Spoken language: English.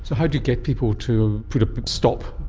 so how do you get people to put a stop?